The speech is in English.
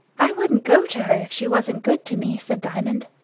i wouldn't go to her if she wasn't good to me, said diamond.